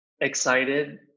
excited